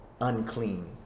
unclean